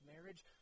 marriage